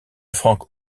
frank